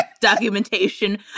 documentation